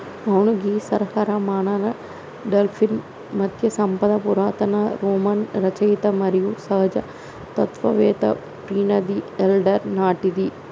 అవును గీ సహకార మానవ డాల్ఫిన్ మత్స్య సంపద పురాతన రోమన్ రచయిత మరియు సహజ తత్వవేత్త ప్లీనీది ఎల్డర్ నాటిది